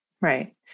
right